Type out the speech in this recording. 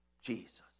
Jesus